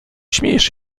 śmiejesz